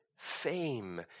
fame